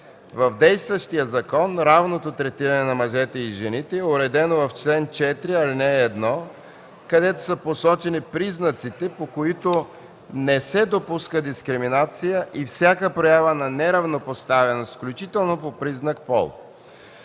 В действащия закон равното третиране на мъжете и жените е уредено в чл. 4, ал. 1, където са посочени признаците, по които не се допуска дискриминация и всяка проява на неравнопоставеност, включително по признак „пол”.